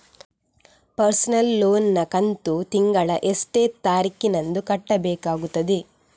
Personal loan ನ ಕಂತು ತಿಂಗಳ ಎಷ್ಟೇ ತಾರೀಕಿನಂದು ಕಟ್ಟಬೇಕಾಗುತ್ತದೆ?